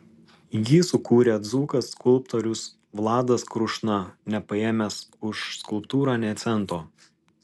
jį sukūrė dzūkas skulptorius vladas krušna nepaėmęs už skulptūrą nė cento